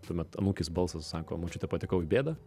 tuomet anūkės balsas sako močiute patekau į bėdą